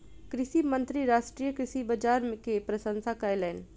कृषि मंत्री राष्ट्रीय कृषि बाजार के प्रशंसा कयलैन